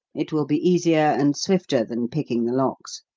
it will be easier and swifter than picking the locks.